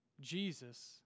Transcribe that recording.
Jesus